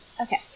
okay